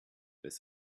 this